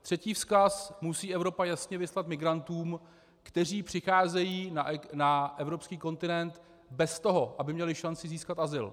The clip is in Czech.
Třetí vzkaz musí Evropa jasně vyslat migrantům, kteří přicházejí na evropský kontinent bez toho, aby měli šanci získat azyl.